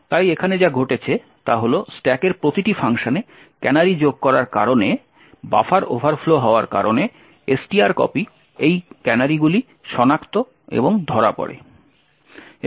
তাই এখানে যা ঘটেছে তা হল স্ট্যাকের প্রতিটি ফাংশনে ক্যানারি যোগ করার কারণে বাফার ওভারফ্লো হওয়ার কারণে strcpy এই ক্যানারিগুলি সনাক্ত এবং ধরা পড়ে